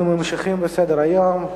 אנחנו ממשיכים בסדר-היום.